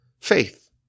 faith